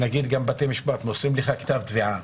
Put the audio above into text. גם בתי המשפט מוסרים לך כתב תביעה